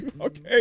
Okay